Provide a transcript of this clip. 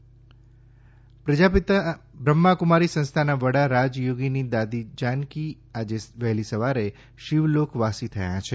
દાદી જાનકી પ્રજાપિતા બ્રહ્માકુમારી સંસ્થાના વડા રાજયોગીની દાદી જાનકી આજે વહેલી સવારે શિવલોકવાસી થયાં છે